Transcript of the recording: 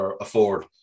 afford